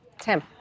Tim